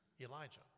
Elijah